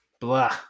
blah